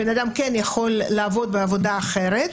הבן אדם כן יכול לעבוד בעבודה אחרת,